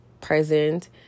present